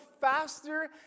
faster